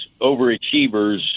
overachievers